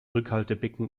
rückhaltebecken